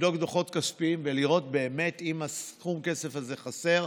לבדוק דוחות כספיים ולראות באמת אם סכום הכסף הזה חסר,